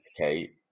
okay